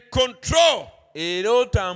control